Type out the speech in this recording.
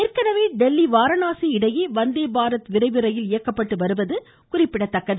ஏற்கனவே டெல்லி வாரணாசி இடையே வந்தே பாரத் விரைவு ரயில் இயக்கப்பட்டு வருவது குறிப்பிடத்தக்கது